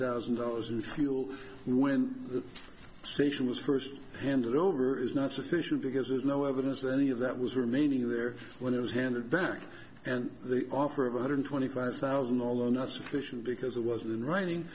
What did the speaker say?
thousand dollars in fuel when the station was first handed over is not sufficient because there's no evidence that any of that was remaining there when it was handed back and the offer of one hundred twenty five thousand although not sufficient because it wasn't in writing